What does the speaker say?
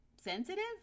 sensitive